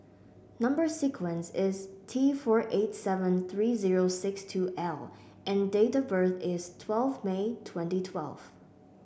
number sequence is T four eight seven three zero six two L and date of birth is twelve May twenty twelve